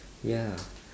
ya